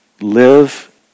live